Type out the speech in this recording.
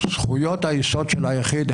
כשאנחנו נעסוק בנושא ההתגברות,